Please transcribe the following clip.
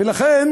ולכן